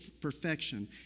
perfection